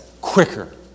quicker